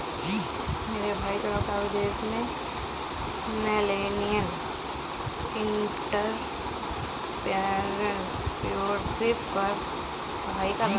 मेरे भाई का लड़का विदेश में मिलेनियल एंटरप्रेन्योरशिप पर पढ़ाई कर रहा है